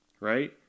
Right